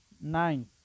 nine